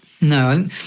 No